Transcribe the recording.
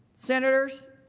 senators